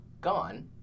gone